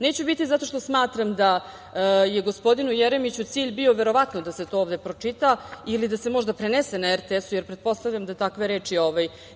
Neću biti, zato što smatram da je gospodinu Jeremiću cilj bio verovatno da se to ovde pročita ili da se možda prenese na RTS-u, jer pretpostavljam da takve reči